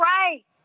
right